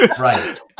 right